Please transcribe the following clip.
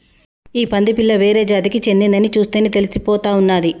ఈ పంది పిల్ల వేరే జాతికి చెందిందని చూస్తేనే తెలిసిపోతా ఉన్నాది